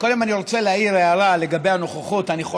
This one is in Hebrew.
קודם כול, אני רוצה להעיר הערה לגבי הנוכחות.